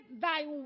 thy